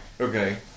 Okay